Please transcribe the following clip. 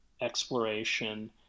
exploration